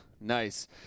nice